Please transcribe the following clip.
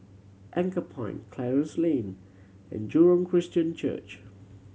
Anchorpoint Clarence Lane and Jurong Christian Church